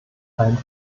ein